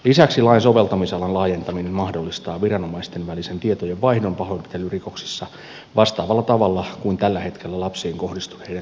lisäksi lain soveltamisalan laajentaminen mahdollistaa viranomaisten välisen tietojen vaihdon pahoinpitelyrikoksissa vastaavalla tavalla kuin tällä hetkellä lapsiin kohdistuneiden seksuaalirikosten osalta